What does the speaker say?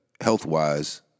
health-wise